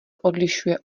odlišuje